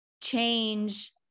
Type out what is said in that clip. change